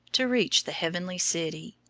to reach the heavenly city.